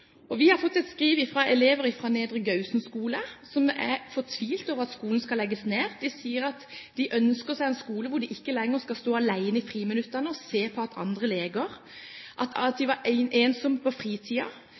Vi har fått et skriv fra elever fra Nedre Gausen skole som er fortvilet over at skolen skal legges ned. De sier at de ønsker seg en skole hvor de ikke lenger skal stå alene i friminuttene og se på at andre leker. De sier at